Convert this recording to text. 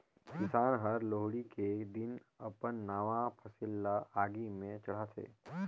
किसान हर लोहड़ी के दिन अपन नावा फसिल ल आगि में चढ़ाथें